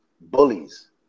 bullies